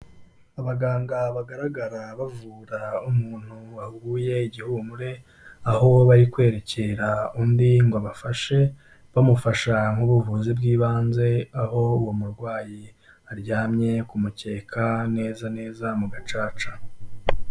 Abaganga bagaragara bavura umuntu waguye igihumure, aho bari kwerekera undi ngo abafashe, bamufasha mu buvuzi bw'ibanze, aho uwo murwayi aryamye ku mukeka, neza neza mu gacaca.